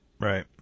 Right